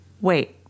wait